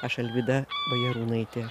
aš alvyda bajarūnaitė